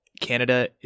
Canada